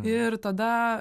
ir tada